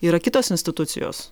yra kitos institucijos